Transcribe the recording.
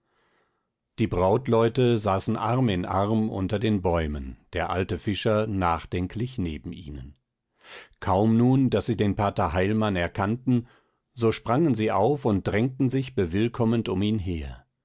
die brautleute saßen arm in arm unter den bäumen der alte fischer nachdenklich neben ihnen kaum nun daß sie den pater heilmann erkannten so sprangen sie auf und drängten sich bewillkommend um ihn her